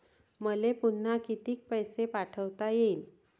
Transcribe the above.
मले पुन्हा कितीक पैसे ठेवता येईन?